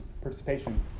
participation